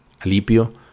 Alipio